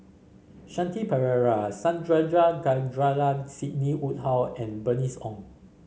Shanti Pereira Sandrasegaran Sidney Woodhull and Bernice Ong